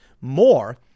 more